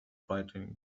frightening